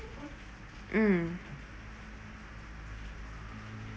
mm